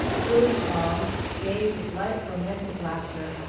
a brilliant ball, gay with light romantic laughter,